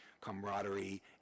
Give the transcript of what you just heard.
camaraderie